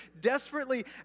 desperately